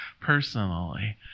personally